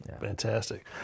fantastic